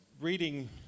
reading